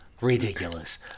Ridiculous